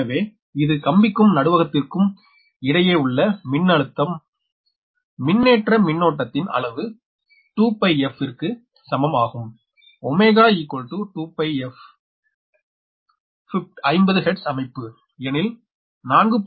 எனவே இது கம்பிக்கும் நடுவகத்திற்கும் இடையே உள்ள மின்னழுத்தம் மின்னேற்ற மின்னோட்டத்தின் அளவு 2𝜋f க்கு சமம் ஆகும் 𝜔 2𝜋f 50 ஹெர்ட்ஸ் அமைப்பு எனில் 4